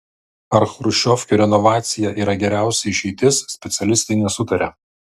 ar chruščiovkių renovacija yra geriausia išeitis specialistai nesutaria